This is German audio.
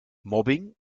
mobbing